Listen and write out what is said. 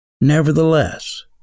nevertheless